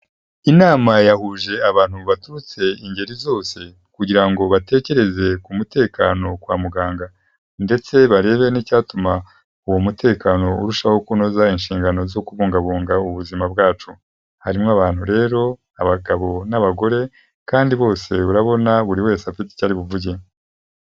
Inama yahuje abantu baturutse ingeri zose kugira ngo batekereze ku mutekano kwa muganga ndetse barebe n'icyatuma uwo mutekano urushaho kunoza inshingano zo kubungabunga ubuzima bwacu. Harimo abantu rero abagabo n'abagore kandi bose urabona buri wese afite icyo ari buvuge.